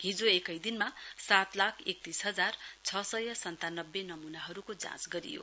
हिजो एकैदिनमा सात लाख एकतीस हजार छ सय सन्तानब्बे नमूनाहरूको जाँच गरियो